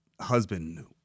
husband